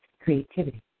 creativity